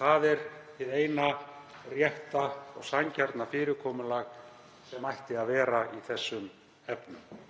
Það er hið eina rétta og sanngjarna fyrirkomulag sem ætti að vera í þeim efnum.